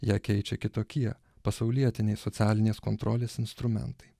ją keičia kitokie pasaulietiniai socialinės kontrolės instrumentai